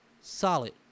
Solid